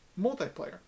multiplayer